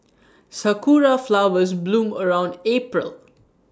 Sakura Flowers bloom around April